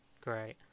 great